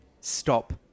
stop